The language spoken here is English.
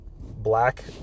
black